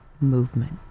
movement